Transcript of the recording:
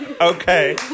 Okay